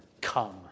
Come